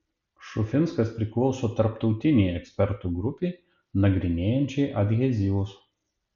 šufinskas priklauso tarptautinei ekspertų grupei nagrinėjančiai adhezyvus